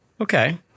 okay